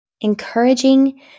encouraging